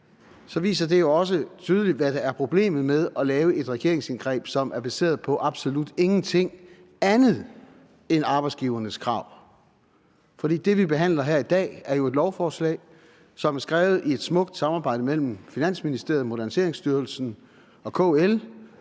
så viser det jo også tydeligt, hvad der er problemet med at lave et regeringsindgreb, som er baseret på absolut ingenting andet end arbejdsgivernes krav. For det, vi behandler her i dag, er jo et lovforslag, som er skrevet i et smukt samarbejde mellem Finansministeriet, Moderniseringsstyrelsen og KL